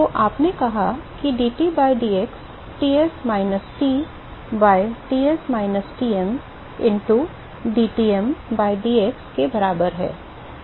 तो आपने कहा कि dT by dx Ts minus T by Ts minus Tm into dTm by dx के बराबर है